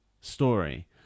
story